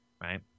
right